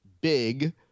big